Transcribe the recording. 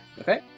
Okay